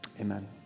amen